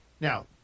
Now